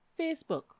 Facebook